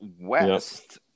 West